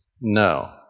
No